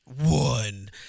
One